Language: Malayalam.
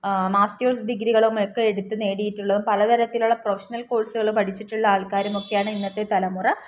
മാസ്റ്റേഴ്സ് ഡിഗ്രികളും ഒക്കെ എടുത്ത് നേടിയിട്ടുള്ളതും പലതരത്തിലുള്ള പ്രൊഫഷണൽ കോഴ്സുകൾ പഠിച്ചിട്ടുള്ള ആൾക്കാരുമൊക്കെയാണ് ഇന്നത്തെ തലമുറ